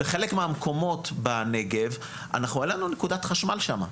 בחלק מהמקומות בנגב אין לנו נקודת חשמל שם.